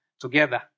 together